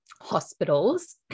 hospitals